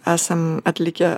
esam atlikę